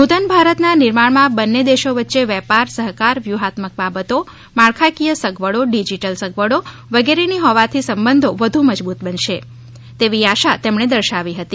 નૂતન ભારતના નિર્માણમાં બંને દેશો વચ્ચે વેપાર લશ્કર વ્યૂહાત્મક બાબતો માળખાંકીય સગવડો ડીજીટલ સગવડો વગેરેના દ્વિપક્ષી સંબંધો વધુ મજબૂત બનશે તેવી આશા તેમણે દર્શાવી હતી